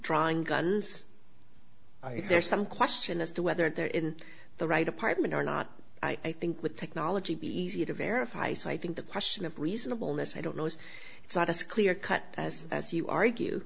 trying i there's some question as to whether they're in the right apartment or not i think with technology be easy to verify so i think the question of reasonable miss i don't know is it's not as clear cut as as you argue